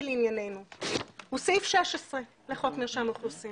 לענייננו הוא סעיף 16 לחוק מרשם האוכלוסין